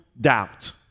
doubt